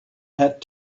had